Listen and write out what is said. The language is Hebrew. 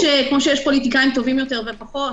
כמו שיש פוליטיקאים טובים יותר ופחות,